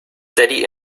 daddy